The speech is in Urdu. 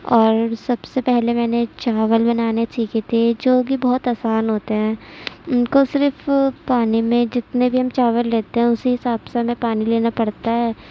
اور سب سے پہلے میں نے چاول بنانے سیکھے تھے جوکہ بہت آسان ہوتے ہیں ان کو صرف پانی میں جتنے بھی ہم چاول لیتے ہیں اسی حساب سے ہمیں پانی لینا پڑتا ہے